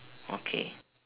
okay